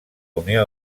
unió